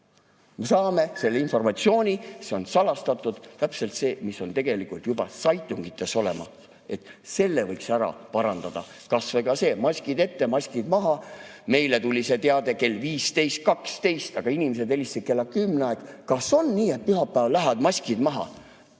Me saame selle informatsiooni, see on salastatud, täpselt see, mis on tegelikult juba seitungites olemas. Selle võiks ära parandada. Kas või see: "Maskid ette! Maskid maha!" Meile tuli see teade kell 15.12, aga inimesed helistasid kella 10 ajal: "Kas on nii, et pühapäeval lähevad maskid maha?"